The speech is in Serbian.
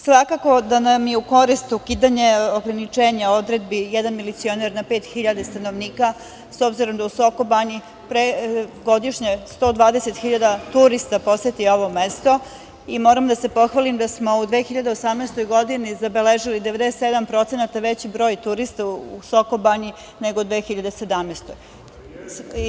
Svakako da nam je u korist ukidanje ograničenja odredbi – jedan milicioner na 5.000 stanovnika, s obzirom da u Sokobanji godišnje 120.000 turista poseti ovo mesto i moram da se pohvalim da smo u 2018. zabeležili 97% veći broj turista u Sokobanji nego u 2017. godini.